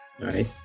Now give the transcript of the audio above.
right